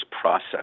process